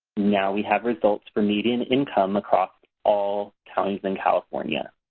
now we have results for median income across all counties in california.